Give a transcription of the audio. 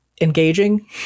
engaging